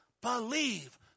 believe